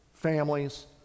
Families